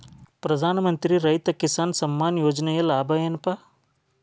ಪ್ರಧಾನಮಂತ್ರಿ ರೈತ ಕಿಸಾನ್ ಸಮ್ಮಾನ ಯೋಜನೆಯ ಲಾಭ ಏನಪಾ?